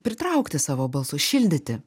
pritraukti savo balsu šildyti